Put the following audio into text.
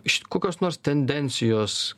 iš kokios nors tendencijos